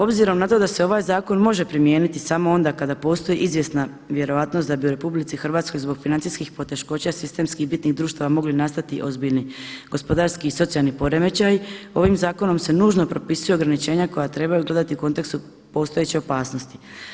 Obzirom na to da se ovaj zakon može primijeniti samo onda kada postoji izvjesna vjerojatnost da bi u RH zbog financijskih poteškoća sistemskih bitnih društava mogli nastati ozbiljni, gospodarski i socijalni poremećaj ovim zakonom se nužno propisuju ograničenja koja trebaju gledati u kontekstu postojeće opasnosti.